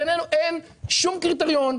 בינינו, אין שום קריטריון.